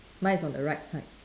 mine is on the right side